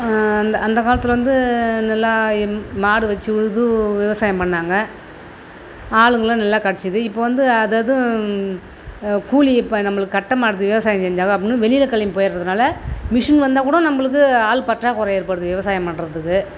அந்த அந்த காலத்தில் வந்து நல்லா மாடு வச்சு உழுது விவசாயம் பண்ணாங்க ஆளுங்களும் நல்லா கெடைச்சிது இப்போ வந்து அது அதுவும் கூலி இப்போ நம்மளுக்கு கட்ட மாட்டுது விவசாயம் செஞ்சாக்கா அப்படின்னு வெளியில் கிளம்பி போயிடுறதுனால மிஷின் வந்தால் கூட நம்மளுக்கு ஆள் பற்றாக்குறை ஏற்படுது விவசாயம் பண்ணுறதுக்கு